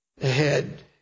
ahead